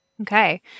Okay